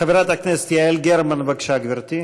חברת הכנסת יעל גרמן, בבקשה, גברתי.